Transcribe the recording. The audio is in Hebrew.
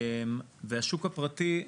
והשוק הפרטי,